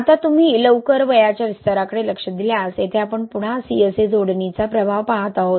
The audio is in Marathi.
आता तुम्ही लवकर वयाच्या विस्ताराकडे लक्ष दिल्यास येथे आपण पुन्हा CSA जोडणीचा प्रभाव पाहत आहोत